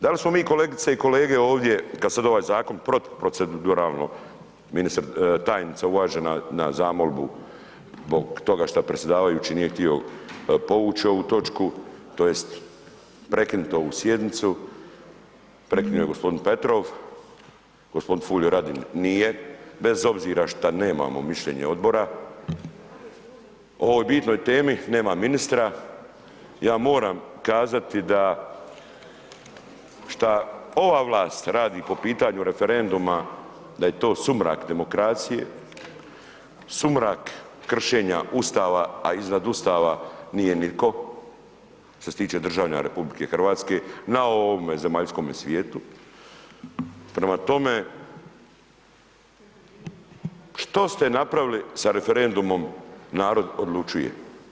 Dal' smo mi kolegice i kolege ovdje, kad sad ovaj Zakon protuproceduralno, tajnica uvažena na zamolbu zbog toga što predsjedavajući nije htio povući ovu točku, to jest prekinuti ovu sjednicu, prekinuo je gospodin Petrov, gospodin Furio Radin nije, bez obzira što nemamo mišljenje Odbora o ovoj bitnoj temi, nema ministra, ja moram kazati da, šta ova vlast radi po pitanju referenduma, da je to sumrak demokracije, sumrak kršenja Ustava, a iznad Ustava nije nitko što se tiče državljana Republike Hrvatske na ovome zemaljskome svijetu, prema tome, što ste napravili sa referendumom „Narod odlučuje“